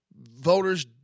voters